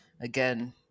Again